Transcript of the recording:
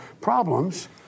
problems